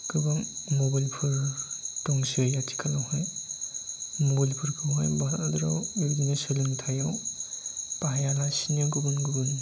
गोबां मबाइलफोर दंसै आथिखालावहाय मबाइलफोरखौहाय भारत हादराव बेबायदिनो सोलोंथाइआव बाहायालासिनो गुबुन गुबुन